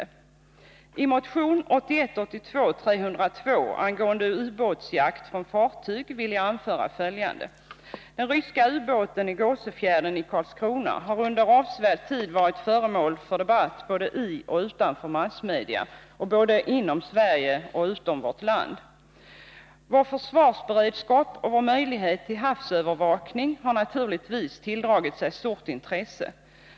Om motion 1981/82:302 angående ubåtsjakt från fartyg vill jag anföra följande. Den ryska ubåten i Gåsöfjärden i Karlskrona har under en avsevärd tid varit föremål för debatt både i och utanför massmedia och såväl inom som utom vårt land. Vår försvarsberedskap och vår möjlighet till havsövervakning har naturligtvis tilldragit sig stort intresse.